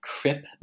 Crip